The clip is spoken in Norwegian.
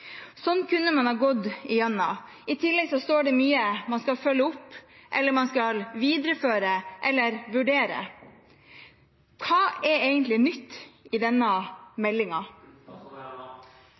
Sånn kunne man ha gått videre gjennom. I tillegg står det mye at man skal følge opp eller man skal videreføre eller vurdere. Hva er egentlig nytt i denne